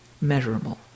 measurable